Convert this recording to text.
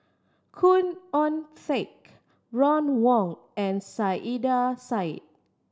Khoo Oon Teik Ron Wong and Saiedah Said